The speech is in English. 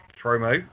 promo